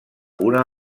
una